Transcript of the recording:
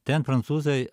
ten prancūzai